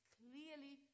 clearly